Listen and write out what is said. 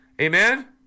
Amen